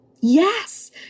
yes